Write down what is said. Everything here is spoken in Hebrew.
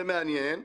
זה מעניין,